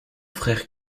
frère